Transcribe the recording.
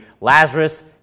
Lazarus